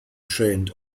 trend